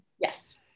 Yes